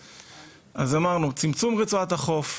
אמרנו צמצום רצועת החוף.